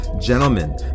Gentlemen